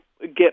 get